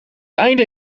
einde